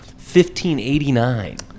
1589